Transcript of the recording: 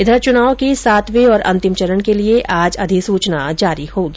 इधर चुनाव के सातवें और अंतिम चरण के लिये आज अधिसूचना जारी होगी